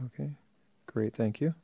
okay great thank you